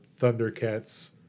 Thundercats